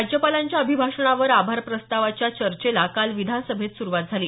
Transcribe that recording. राज्यपालांच्या अभिभाषणावर आभार प्रस्तावाच्या चर्चेला काल विधानसभेत सुरुवात झाली